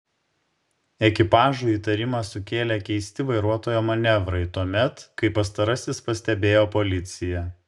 ekipažui įtarimą sukėlė keisti vairuotojo manevrai tuomet kai pastarasis pastebėjo policiją